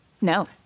No